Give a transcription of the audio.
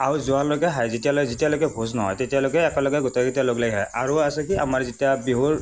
আশৌচ যোৱালৈকে খায় যেতিয়ালৈ যেতিয়ালৈকে ভোজ নহয় তেতিয়ালৈকে একেলগে গোটেইকেইটাই লগ লাগি খায় আৰু আছে কি আমাৰ যেতিয়া বিহুৰ